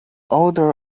order